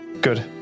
good